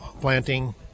planting